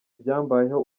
ibyambayeho